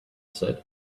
said